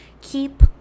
keep